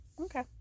okay